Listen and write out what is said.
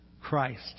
Christ